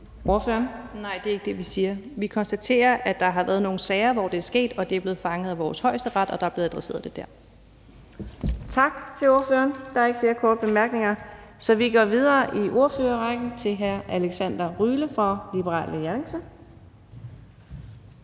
Nej, det er ikke det, vi siger. Vi konstaterer, at der været nogle sager, hvor det er sket. Og det er blevet fanget af vores Højesteret, og det er blevet adresseret der. Kl. 15:08 Fjerde næstformand (Karina Adsbøl): Tak til ordføreren. Der er ikke flere korte bemærkninger, så vi går videre i ordførerrækken til hr. Alexander Ryle fra Liberal Alliance.